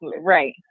Right